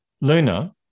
Luna